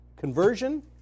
Conversion